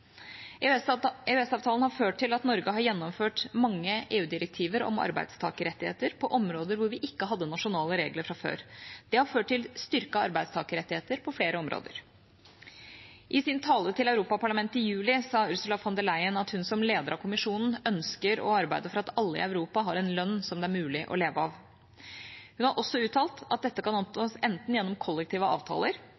har ført til at Norge har gjennomført mange EU-direktiver om arbeidstakerrettigheter på områder hvor vi ikke hadde nasjonale regler fra før. Det har ført til styrkede arbeidstakerrettigheter på flere områder. I sin tale til Europaparlamentet i juli sa Ursula von der Leyen at hun som leder av Kommisjonen ønsker å arbeide for at alle i Europa har en lønn som det er mulig å leve av. Hun har også uttalt at dette kan